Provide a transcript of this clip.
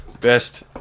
best